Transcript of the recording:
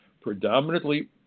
predominantly